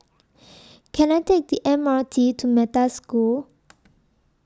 Can I Take The M R T to Metta School